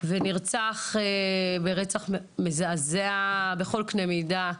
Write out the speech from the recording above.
ונרצח ברצח מזעזע בכל קנה מידה.